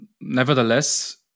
Nevertheless